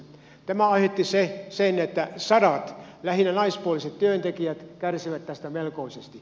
tämä aiheutti sen että sadat lähinnä naispuoliset työntekijät kärsivät tästä melkoisesti